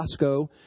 Costco